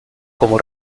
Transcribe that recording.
como